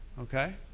Okay